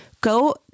Go